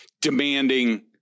demanding